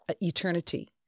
eternity